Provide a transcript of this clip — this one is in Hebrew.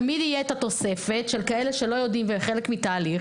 תמיד תהיה התוספת של אלה שלא יודעים והם חלק מתהליך,